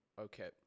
Okay